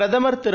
பிரதமர்திரு